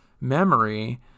memory